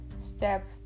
step